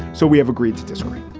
so we have agreed to disagree.